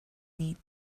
need